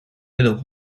little